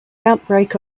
outbreak